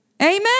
amen